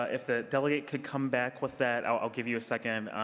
if the delegate could come back with, that i'll give you a second.